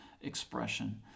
expression